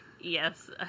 Yes